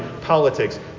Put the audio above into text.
politics